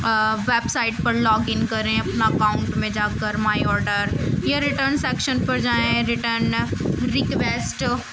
website پر log in کریں اپنا اکاؤنٹ میں جا کر مائی آڈر یا ریٹرن سیکشن پر جائیں ریٹرن ریکویسٹ